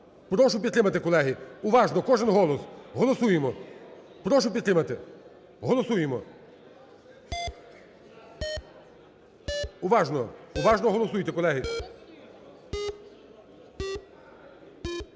Прошу підтримати, колеги. Уважно, кожен голос. Голосуємо. Прошу підтримати. Голосуємо. Уважно! Уважно голосуйте, колеги.